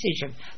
decision